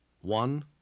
One